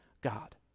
God